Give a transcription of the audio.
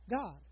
God